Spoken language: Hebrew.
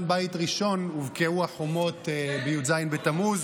בית ראשון הובקעו החומות בי"ז בתמוז.